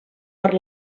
per